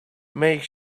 make